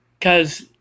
cause